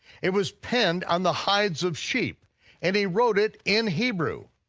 it was penned on the hides of sheep and he wrote it in hebrew.